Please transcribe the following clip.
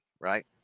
right